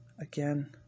again